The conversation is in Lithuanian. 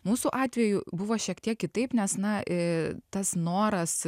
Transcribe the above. mūsų atveju buvo šiek tiek kitaip nes na i tas noras